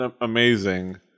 amazing